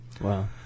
Wow